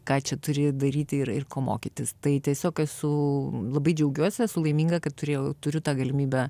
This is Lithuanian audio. ką čia turi daryti ir ko mokytis tai tiesiog esu labai džiaugiuosi esu laiminga kad turėjau turiu tą galimybę